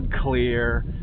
clear